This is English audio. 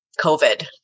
COVID